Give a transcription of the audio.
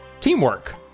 Teamwork